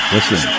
Listen